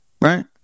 right